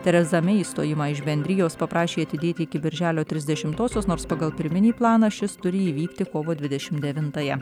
tereza mei išstojimą iš bendrijos paprašė atidėti iki birželio trisdešimtosios nors pagal pirminį planą šis turi įvykti kovo dvidešim devintąją